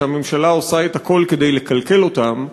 שהממשלה עושה את הכול כדי לקלקל אותם,